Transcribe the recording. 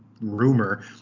rumor